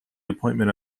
appointment